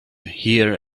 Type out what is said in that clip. here